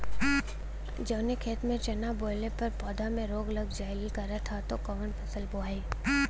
जवने खेत में चना बोअले पर पौधा में रोग लग जाईल करत ह त कवन फसल बोआई?